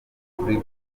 kuri